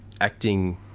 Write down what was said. acting